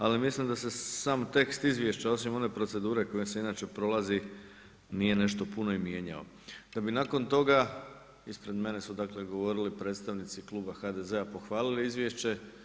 Ali mislim da se sam tekst izvješća osim one procedure kojom se inače prolazi nije nešto puno i mijenjao, da bi nakon toga, ispred mene su dakle govorili predstavnici kluba HDZ-a pohvalili izvješće.